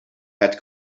had